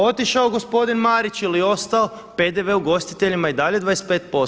Otišao gospodin Marić ili ostao, PDV ugostiteljima i dalje 25%